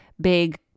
big